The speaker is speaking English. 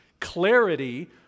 clarity